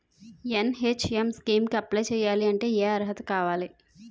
NHM scheme కి apply చేయాలి అంటే ఏ అర్హత కావాలి?